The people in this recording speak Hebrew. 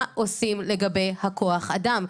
מה עושים לגבי כוח אדם?